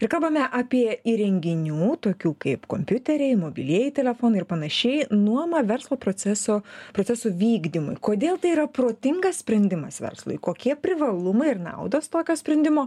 ir kalbame apie įrenginių tokių kaip kompiuteriai mobilieji telefonai ir panašiai nuomą verslo proceso procesų vykdymui kodėl tai yra protingas sprendimas verslui kokie privalumai ir naudos tokio sprendimo